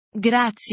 Grazie